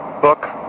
book